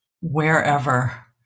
wherever